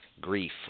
grief